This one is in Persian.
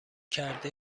کرده